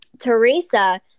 Teresa